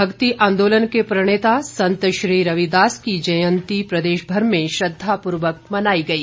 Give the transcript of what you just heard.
भक्ति आंदोलन के प्रणेता संत श्री रविदास जी की जयंती प्रदेश भर में श्रद्दापूर्वक मनाई गई